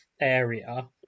area